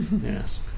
Yes